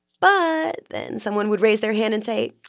but then someone would raise their hand and say,